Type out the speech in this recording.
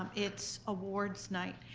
um it's awards night.